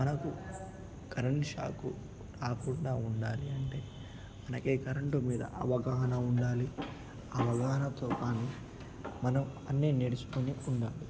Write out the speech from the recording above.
మనకు కరెంట్ షాక్కు రాకుండా ఉండాలి అంటే మనకి కరెంటు మీద అవగాహన ఉండాలి అవగాహనతో కానీ మనం అన్నీ నేర్చుకుని ఉండాలి